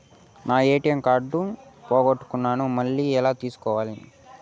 నా ATM card పోగొట్టుకున్నాను, మళ్ళీ ఎలా తీసుకోవాలి?